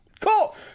cool